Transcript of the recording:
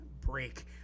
break